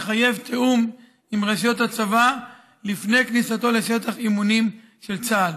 מתחייב תיאום עם רשויות הצבא לפני כניסה לשטח אימונים של צה"ל.